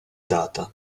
data